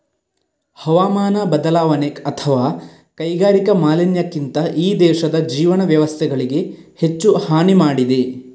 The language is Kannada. ಹವಾಮಾನ ಬದಲಾವಣೆ ಅಥವಾ ಕೈಗಾರಿಕಾ ಮಾಲಿನ್ಯಕ್ಕಿಂತ ಈ ದೇಶದ ಜೀವನ ವ್ಯವಸ್ಥೆಗಳಿಗೆ ಹೆಚ್ಚು ಹಾನಿ ಮಾಡಿದೆ